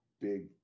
big